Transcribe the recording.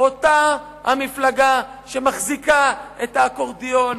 אותה המפלגה שמחזיקה את האקורדיון,